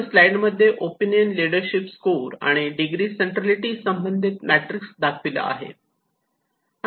वर स्लाईड मध्ये opinion leadership score आणि डिग्री सेंट्रललिटी संबंधित मॅट्रिक्स दाखविला आहे